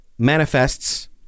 Manifests